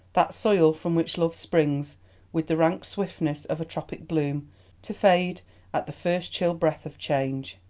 that soil from which loves spring with the rank swiftness of a tropic bloom to fade at the first chill breath of change.